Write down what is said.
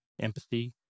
empathy